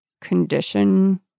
condition